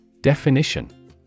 Definition